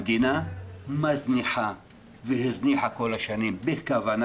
המדינה מזניחה והזניחה כל השנים בכוונה